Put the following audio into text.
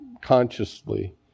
consciously